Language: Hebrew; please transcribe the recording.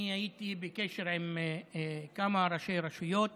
אני הייתי בקשר עם כמה ראשי רשויות